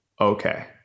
okay